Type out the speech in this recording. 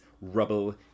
rubble